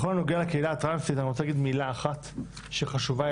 בכל הנוגע לקהילה הטרנסית אני רוצה להגיד מילה אחת שחשוב לי